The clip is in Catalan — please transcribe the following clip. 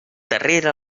darrere